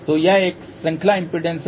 तो यह एक श्रृंखला इम्पीडेन्स है